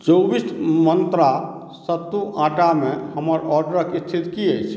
चौबीस मन्त्रा सत्तू आटामे हमर ऑर्डरक स्थिति की अछि